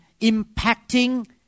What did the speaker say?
impacting